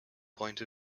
point